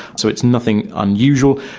so it's nothing unusual.